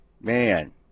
Man